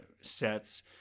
sets